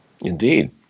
Indeed